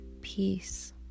peace